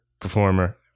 performer